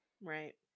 Right